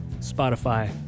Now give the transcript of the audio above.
Spotify